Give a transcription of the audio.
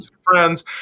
friends